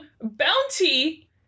Bounty